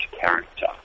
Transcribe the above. character